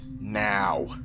now